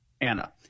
Anna